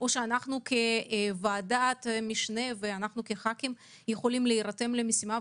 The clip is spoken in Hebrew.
אולי אנחנו כוועדת משנה או כחברי כנסת יכולים להירתם למשימה,